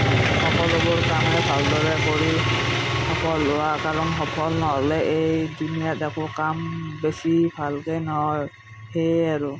সকলোবোৰ কামেই আমি ভালদৰে কৰি সফল হোৱাৰ কাৰণ সফল ন'হলে এই দুনীয়াত একো কাম বেছি ভালকৈ নহয় সেয়ে আৰু